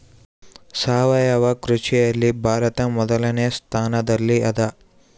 ಸಾವಯವ ಕೃಷಿಯಲ್ಲಿ ಭಾರತ ಮೊದಲನೇ ಸ್ಥಾನದಲ್ಲಿ ಅದ